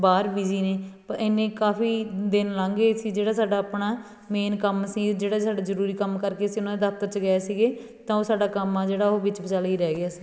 ਬਾਹਰ ਬੀਜ਼ੀ ਨੇ ਪ ਇੰਨੇ ਕਾਫੀ ਦਿਨ ਲੰਘ ਗਏ ਸੀ ਜਿਹੜਾ ਸਾਡਾ ਆਪਣਾ ਮੇਨ ਕੰਮ ਸੀ ਜਿਹੜਾ ਸਾਡਾ ਜ਼ਰੂਰੀ ਕੰਮ ਕਰਕੇ ਅਸੀਂ ਉਹਨਾਂ ਦੇ ਦਫਤਰ 'ਚ ਗਏ ਸੀਗੇ ਤਾਂ ਉਹ ਸਾਡਾ ਕੰਮ ਆ ਜਿਹੜਾ ਉਹ ਵਿੱਚ ਵਿਚਾਲੇ ਹੀ ਰਹਿ ਗਿਆ ਸੀ